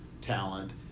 talent